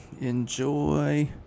enjoy